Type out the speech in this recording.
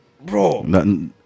Bro